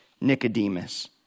Nicodemus